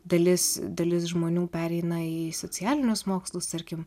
dalis dalis žmonių pereina į socialinius mokslus tarkim